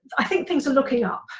i think things are looking up.